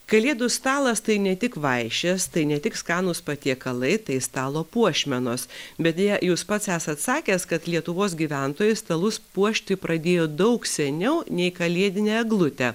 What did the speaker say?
kalėdų stalas tai ne tik vaišės tai ne tik skanūs patiekalai tai stalo puošmenos bet deja jūs pats esat sakęs kad lietuvos gyventojai stalus puošti pradėjo daug seniau nei kalėdinę eglutę